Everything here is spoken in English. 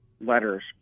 letters